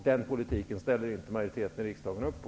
Den politiken ställer inte majoriteten i riksdagen upp på.